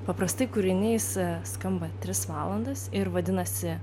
paprastai kūrinys skamba tris valandas ir vadinasi